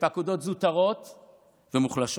בפקודות זוטרות ומוחלשות.